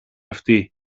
αυτοί